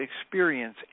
experience